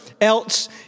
else